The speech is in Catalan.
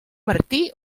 martí